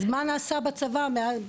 אז מה נעשה בצבא מאז?